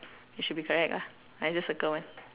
we should be correct ah I just circle one